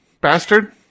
bastard